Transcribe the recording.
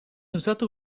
usato